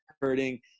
hurting